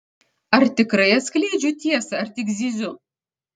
ar tikrai atskleidžiu tiesą ar tik zyziu